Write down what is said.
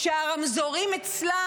שהרמזורים אצלה,